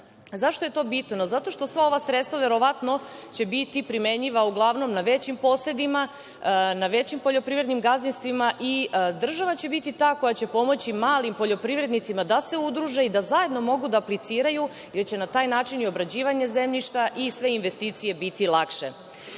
je to bitno? Zato što će sva ova sredstva verovatno biti primenjiva uglavnom na većim posedima, na većim poljoprivrednim gazdinstvima i država će biti ta koja će pomoći malim poljoprivrednicima da se udruže i da zajedno mogu da apliciraju, jer će na taj način i obrađivanje zemljišta i sve investicije biti lakše. Što